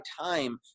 time